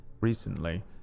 recently